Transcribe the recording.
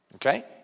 Okay